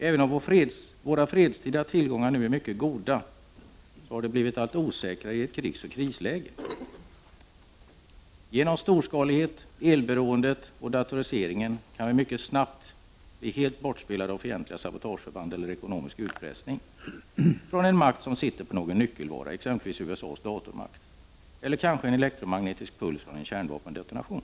Även om våra fredstida tillgångar nu är mycket goda, har det blivit allt osäkrare i ett krigsoch krisläge. På grund av storskaligheten, el-beroendet och datoriseringen kan vi mycket snabbt bli helt bortspelade av fientliga sabotageförband eller ekonomisk utpressning av en makt som sitter på någon nyckelvara — USA:s datormakt — eller kanske en elektromagnetisk puls från en kärnvapendetonation.